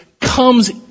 comes